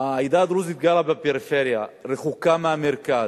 העדה הדרוזית גרה בפריפריה, רחוקה מהמרכז,